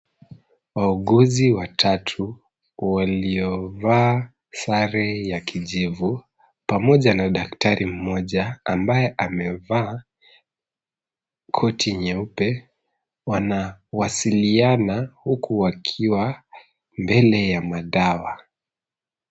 Wauguzi watatu, waliovaa sare ya kijivu, pamoja na daktari mmoja ambaye amevaa koti nyeupe, wanawasiliana huku wakiwa mbele ya madawa.